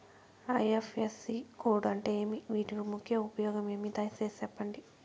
IFSC code అంటే ఏమి? వీటి ముఖ్య ఉపయోగం ఏమి? దయసేసి సెప్పండి?